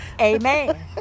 Amen